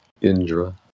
Indra